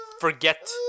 forget